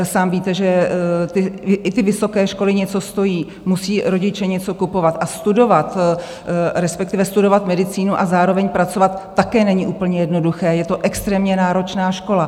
Sám víte, že i ty vysoké školy něco stojí, musí rodiče něco kupovat, a studovat medicínu a zároveň pracovat také není úplně jednoduché, je to extrémně náročná škola.